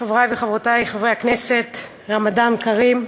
חברי וחברותי חברי הכנסת, רמדאן כרים.